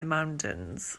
mountains